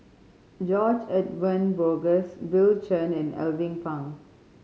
George Edwin Bogaars Bill Chen and Alvin Pang